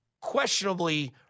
questionably